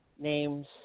names